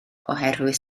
oherwydd